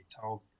told